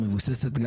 מבוססת,